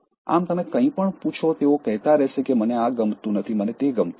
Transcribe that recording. આમ તમે કંઈપણ પૂછો તેઓ કહેતા રહેશે કે મને આ ગમતું નથી મને તે ગમતું નથી